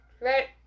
right